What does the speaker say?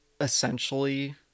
essentially